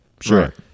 sure